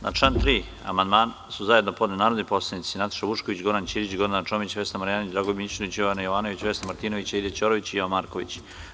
Na član 3. amandmane su zajedno narodni poslanici Nataša Vučković, Goran Ćirić, Gordana Čomić, Vesna Marjanović, Dragoljub Mićunović, Jovana Jovanović, Vesna Martinović, Aida Ćorović i Jovan Marković.